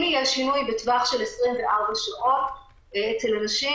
אם יהיה שינוי בטווח של 24 שעות אצל אנשים